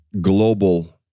global